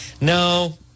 No